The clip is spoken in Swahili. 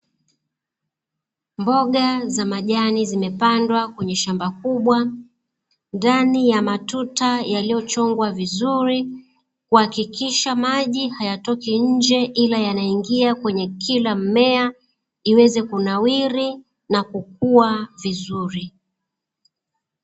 Mboga za majani zimepandwa kwenye shamba kubwa, ndani ya matuta yaliyochongwa vizuri kuhakikisha maji hayatoki nje ila yanaingia kwenye kila mmea iweze kunawiri na kukua vizuri.